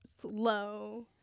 slow